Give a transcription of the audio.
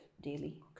daily